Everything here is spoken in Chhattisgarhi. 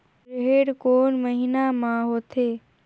रेहेण कोन महीना म होथे?